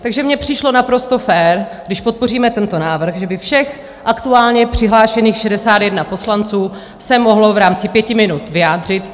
Takže mi přišlo naprosto fér, když podpoříme tento návrh, že by všech aktuálně přihlášených 61 poslanců se mohlo v rámci pěti minut vyjádřit.